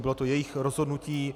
Bylo to jejich rozhodnutí.